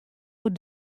oer